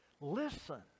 Listen